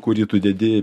kurį tu dedi